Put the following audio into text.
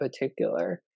particular